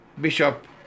bishop